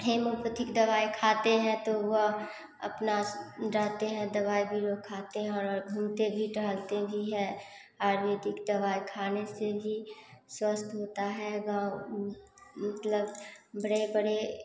homeopathic दवाई खाते हैं तो वह अपना रहते हैं दवाई भी लोग खाते हैं और घूमते भी टहलते भी हैं आयुर्वेदिक दवाई खाने से ही स्वस्थ होता है मतलब बड़े बड़े